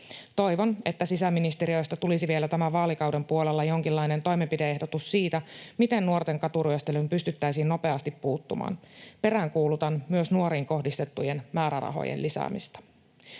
Toivon, että sisäministeriöstä tulisi vielä tämän vaalikauden puolella jonkinlainen toimenpide-ehdotus siitä, miten nuorten katuryöstelyyn pystyttäisiin nopeasti puuttumaan. Peräänkuulutan myös nuoriin kohdistettujen määrärahojen lisäämistä.